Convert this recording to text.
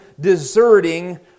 deserting